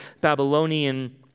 Babylonian